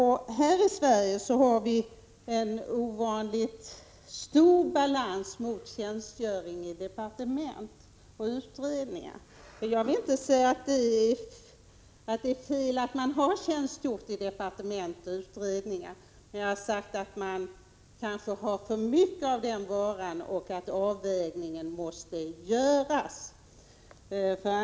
Här i Sverige balanserar vi ovanligt mycket mot tjänstgöring i departement och utredningar. Jag vill inte säga att det är fel att ha tjänstgjort i departement och utredningar, men jag har sagt att det kanske blir för mycket av den varan och att det måste göras en annan avvägning.